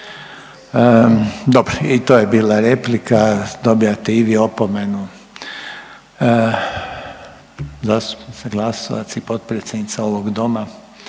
Dobro. I to je bila replika. Dobijate i vi opomenu. Zastupnica Glasovac i potpredsjednica ovog Doma